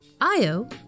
Io